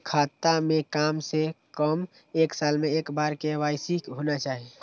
खाता में काम से कम एक साल में एक बार के.वाई.सी होना चाहि?